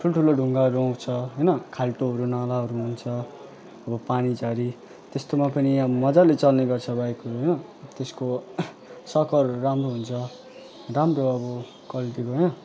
ठुल्ठुलो ढुङ्गाहरू आउँछ होइन खाल्टोहरू नालाहरू आउँछ अब पानी झरी त्यस्तोमा पनि अब मजाले चल्ने गर्छ बाइकहरू होइन त्यसको सकर राम्रो हुन्छ राम्रो अब क्वालिटीको होइन